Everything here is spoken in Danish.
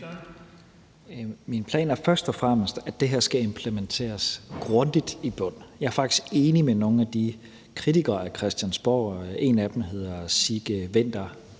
Min plan er først og fremmest, at det her skal implementeres grundigt i bund. Jeg er faktisk enig med nogle kritikere af Christiansborg – en af dem hedder Sigge Winther